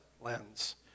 lens